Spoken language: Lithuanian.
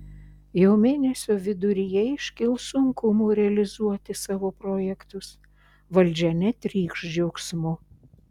jau mėnesio viduryje iškils sunkumų realizuoti savo projektus valdžia netrykš džiaugsmu